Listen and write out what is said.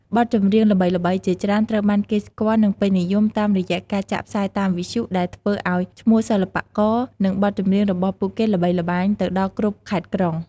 បទចម្រៀងល្បីៗជាច្រើនត្រូវបានគេស្គាល់ និងពេញនិយមតាមរយៈការចាក់ផ្សាយតាមវិទ្យុ ដែលធ្វើឲ្យឈ្មោះសិល្បករ និងបទចម្រៀងរបស់ពួកគេល្បីល្បាញទៅដល់គ្រប់ខេត្តក្រុង។